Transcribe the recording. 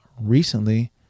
recently